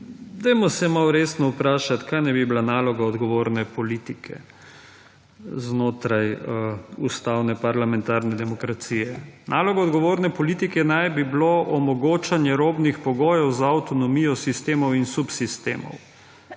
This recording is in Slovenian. dajmo se malce resno vprašati, kaj naj bi bila naloga odgovorne politike znotraj ustavne parlamentarne demokracije. Naloga odgovorne politike naj bi bilo omogočanje robnih pogojev za avtonomijo sistemov in subsistemov.